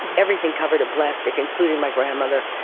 everything covered in plastic, including my grandmother.